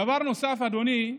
דבר נוסף, אדוני,